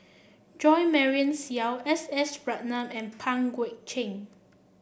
Jo Marion Seow S S Ratnam and Pang Guek Cheng